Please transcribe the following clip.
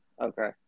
Okay